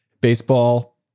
baseball